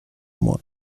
moins